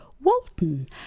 Walton